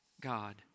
God